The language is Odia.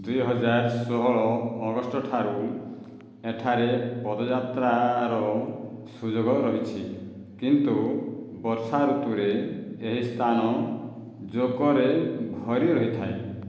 ଦୁଇହଜାର ଷୋହଳ ଅଗଷ୍ଟ ଠାରୁ ଏଠାରେ ପଦଯାତ୍ରାର ସୁଯୋଗ ରହିଛି କିନ୍ତୁ ବର୍ଷା ଋତୁରେ ଏହି ସ୍ଥାନ ଜୋକରେ ଭରି ରହିଥାଏ